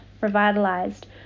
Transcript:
revitalized